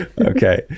Okay